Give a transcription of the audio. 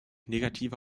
negative